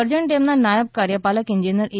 કરજણ ડેમના નાયબ કાર્યપાલક ઇજનેર એ